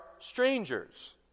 strangers